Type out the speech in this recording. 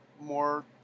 more